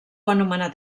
anomenat